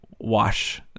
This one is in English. wash